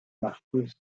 marcus